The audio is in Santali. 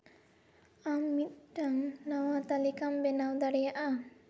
ᱟᱢ ᱢᱤᱫᱴᱟᱝ ᱱᱟᱣᱟ ᱛᱟᱹᱞᱤᱠᱟᱢ ᱵᱮᱱᱟᱣ ᱫᱟᱲᱮᱭᱟᱜᱼᱟ